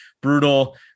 Brutal